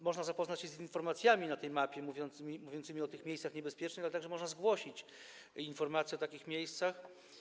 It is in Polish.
Można zapoznać się z informacjami zawartymi na tej mapie, mówiącymi o miejscach niebezpiecznych, ale także można zgłosić informacje o takich miejscach.